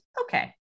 okay